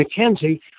McKenzie